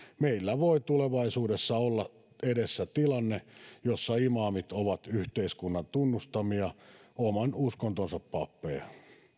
meillä voi tulevaisuudessa olla edessämme tilanne jossa imaamit ovat yhteiskunnan tunnustamia oman uskontonsa pappeja